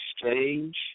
exchange